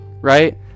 right